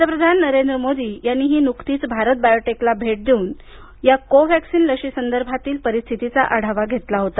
पंतप्रधान नरेंद्र मोदी यांनी नुकतीच भारत बायोटेकला भेट देऊन या कोव्हॅक्सीन लशी संदर्भातील परिस्थितीचा आढावा घेतला होता